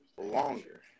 longer